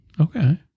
okay